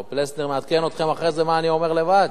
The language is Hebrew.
או פלסנר מעדכן אתכם אחרי זה מה אני אומר לבד?